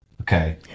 Okay